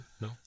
No